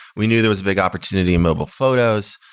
we knew there was a big opportunity in mobile photos.